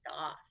off